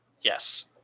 Yes